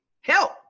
help